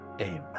amen